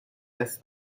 است